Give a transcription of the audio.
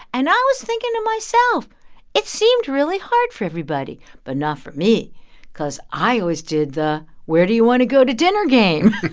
and i was thinking to myself it seemed really hard for everybody but not for me because i always did the where do you want to go to dinner game